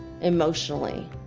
emotionally